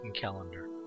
calendar